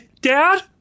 Dad